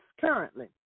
currently